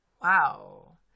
Wow